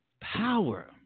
power